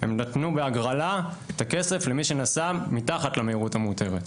הם נתנו בהגרלה את הכסף למי שנסע מתחת למהירות המותרת.